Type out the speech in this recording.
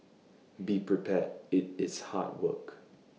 be prepared IT is hard work